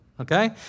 okay